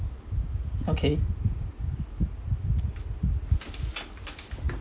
okay